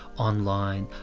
online,